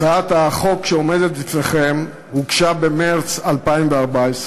הצעת החוק שעומדת בפניכם הוגשה במרס 2014,